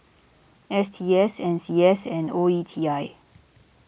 S T S N C S and O E T I